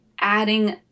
adding